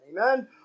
Amen